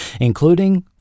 including